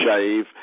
shave